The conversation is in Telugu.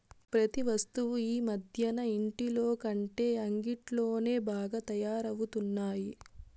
ప్రతి వస్తువు ఈ మధ్యన ఇంటిలోకంటే అంగిట్లోనే బాగా తయారవుతున్నాయి